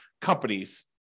companies